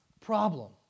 Problem